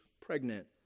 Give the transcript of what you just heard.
pregnant